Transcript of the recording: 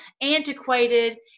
antiquated